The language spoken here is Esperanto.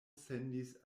sendis